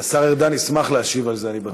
השר ארדן ישמח להשיב על זה, אני בטוח.